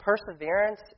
perseverance